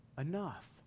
Enough